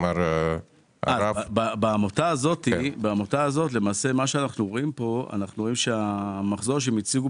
בעמותה הזאת אנחנו רואים שהמחזור שהם הציגו